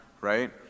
right